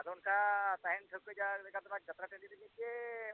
ᱟᱫᱚ ᱚᱱᱠᱟ ᱛᱟᱦᱮᱱ ᱴᱷᱟᱹᱣᱠᱟᱹ ᱡᱟᱭᱜᱟ ᱞᱮᱠᱟ ᱛᱮᱢᱟ ᱡᱟᱛᱛᱨᱟ ᱴᱟᱺᱰᱤ ᱨᱮᱜᱮ ᱥᱮ